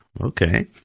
Okay